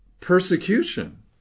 persecution